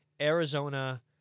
Arizona